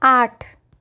आठ